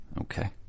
okay